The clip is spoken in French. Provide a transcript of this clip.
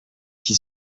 qui